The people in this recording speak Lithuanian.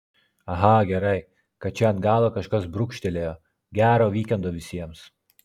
aha gerai kad čia ant galo kažkas brūkštelėjo gero vykendo visiems